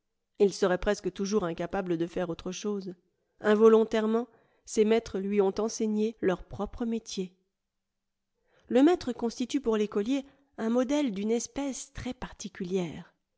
il serait presque toujours incapable de faire autre chose involontairement ses maîtres lui ont enseigné leur propre métier le maître constitue pour l'écolier un modèle d'une espèce très particulière